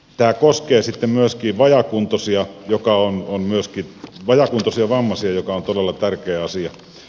tämä koskee myöskin vajaakuntoisia ja vammaisia mikä on todella tärkeä asia